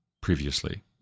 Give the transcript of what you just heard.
previously